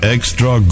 Extra